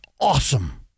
awesome